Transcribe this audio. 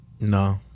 No